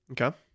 Okay